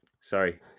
Sorry